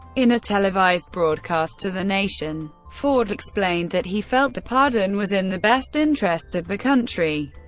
in a televised broadcast to the nation, ford explained that he felt the pardon was in the best interest of the country.